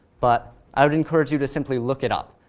but i'd encourage you to simply look it up,